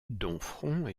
domfront